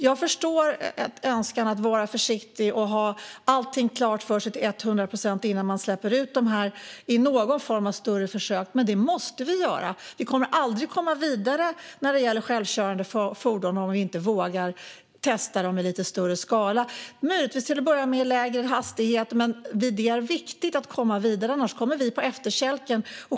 Jag förstår önskan att vara försiktig och ha allting klart för sig till 100 procent innan man släpper ut fordonen i någon form av större försök, men vi måste ändå göra det. Vi kommer aldrig att komma vidare när det gäller självkörande fordon om vi inte vågar testa dem i lite större skala - möjligtvis till att börja med i lägre hastighet. Det är viktigt att komma vidare, annars hamnar vi på efterkälken.